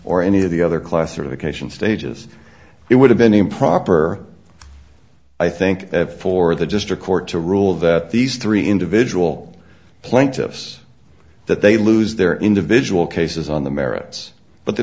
or any of the other classification stages it would have been improper i think for the district court to rule that these three individual plaintiffs that they lose their individual cases on the merits but the